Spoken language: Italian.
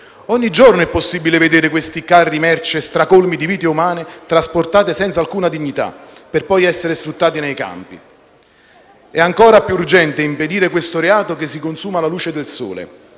ogni giorno è possibile vedere questi carri merce stracolmi di vite umane trasportate senza alcuna dignità, per poi essere sfruttate nei campi. È ancora più urgente impedire questo reato che si consuma alla luce del sole,